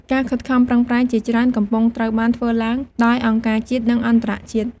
ការខិតខំប្រឹងប្រែងជាច្រើនកំពុងត្រូវបានធ្វើឡើងដោយអង្គការជាតិ និងអន្តរជាតិ។